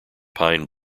pine